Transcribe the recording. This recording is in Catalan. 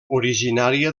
originària